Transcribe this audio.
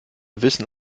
wissen